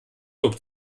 lob